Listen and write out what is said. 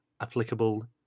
applicable